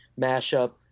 mashup